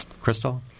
Crystal